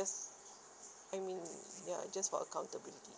just I mean ya just for accountability